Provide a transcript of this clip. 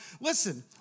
listen